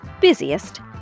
busiest